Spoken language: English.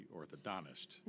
orthodontist